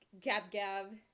Gab-gab